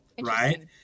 Right